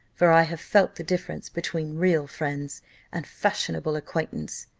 for i have felt, the difference between real friends and fashionable acquaintance.